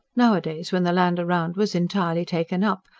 nowadays, when the land round was entirely taken up,